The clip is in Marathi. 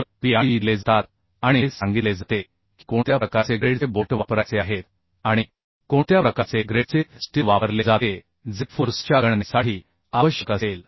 तर P आणि E दिले जातात आणि हे सांगितले जाते की कोणत्या प्रकारचे ग्रेडचे बोल्ट वापरायचे आहेत आणि कोणत्या प्रकारचे ग्रेडचे स्टील वापरले जाते जे फोर्स च्या गणनेसाठी आवश्यक असेल